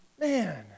Man